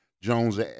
Jones